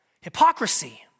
Hypocrisy